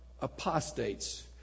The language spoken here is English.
apostates